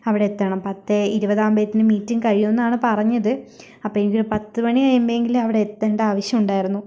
അവിടെ എത്തണം പത്തെ ഇരുപത് ആവുമ്പോത്തിനും മീറ്റിങ് കഴിയും എന്നാണ് പറഞ്ഞത് അപ്പൊ എനിക്ക് ഒരു പത്ത് മണി കഴിയുമ്പഴെങ്കിലും അവിടെ എത്തേണ്ട ആവശ്യണ്ടായിരുന്നു